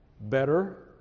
better